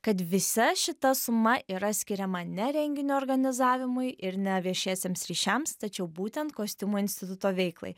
kad visa šita suma yra skiriama ne renginio organizavimui ir ne viešiesiems ryšiams tačiau būtent kostiumų instituto veiklai